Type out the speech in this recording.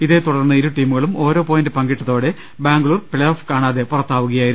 ഇതേ തുടർന്ന് ഇരുടീമുകളും ഓരോ പോയിന്റ് പങ്കിട്ടതോടെ ബാംഗ്ലൂർ പ്ലേ ഓഫ് കാണാതെ പുറത്താവുകയായിരുന്നു